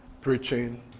preaching